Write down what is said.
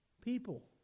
people